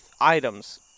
items